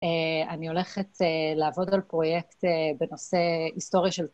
אני הולכת לעבוד על פרויקט בנושא היסטוריה של...